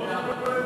בכלל.